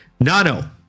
Nano